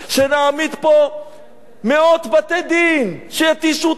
שנעמיד פה מאות בתי-דין, שיתישו אותם?